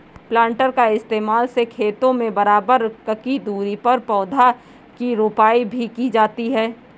planter का इस्तेमाल से खेतों में बराबर ककी दूरी पर पौधा की रोपाई भी की जाती है